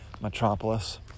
Metropolis